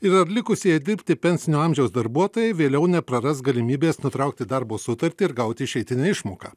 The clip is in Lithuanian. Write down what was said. ir ar likusieji dirbti pensinio amžiaus darbuotojai vėliau nepraras galimybės nutraukti darbo sutartį ir gauti išeitinę išmoką